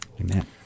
Amen